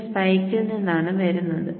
ഇവ സ്പെക്കിൽ നിന്നാണ് വരുന്നത്